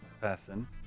person